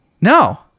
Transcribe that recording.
No